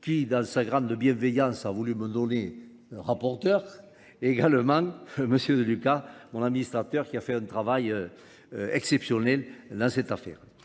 qui, dans sa grande bienveillance, a voulu me donner rapporteur, et également, monsieur Deluca, mon administrateur, qui a fait un travail exceptionnel dans cette affaire.